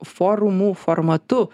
forumų formatu